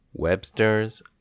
Webster's